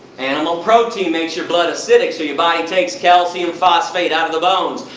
animal protein makes your blood acidic, so your body takes calcium phosphate out of the bones.